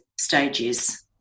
stages